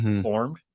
formed